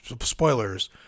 spoilers